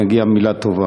מגיעה מילה טובה.